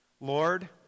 Lord